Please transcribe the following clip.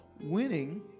Winning